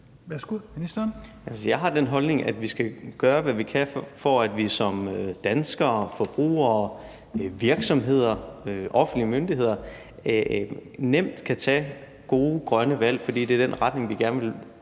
(Simon Kollerup): Jeg har den holdning, at vi skal gøre, hvad vi kan, for at man som dansker, forbruger, virksomhed og offentlig myndighed nemt kan tage gode, grønne valg, for det er den retning, vi gerne vil